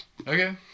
Okay